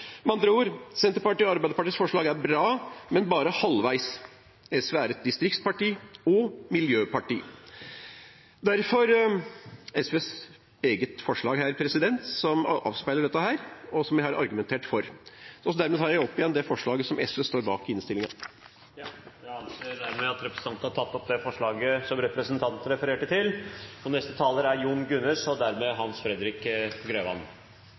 Med andre ord: Senterpartiet og Arbeiderpartiets forslag er bra, men bare halvveis. SV er et distriktsparti og et miljøparti. Derfor har SV et eget forslag som avspeiler dette, og som jeg har argumentert for, og jeg tar opp det forslaget SV står bak i innstillingen. Representanten Arne Nævra har tatt opp det forslaget han refererte til. Innenfor flytrafikken må vi behandle saker ulikt for å oppnå et likt tilbud. Det er klart forankret innenfor flytrafikken i Norge, og Venstre mener det er